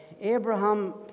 Abraham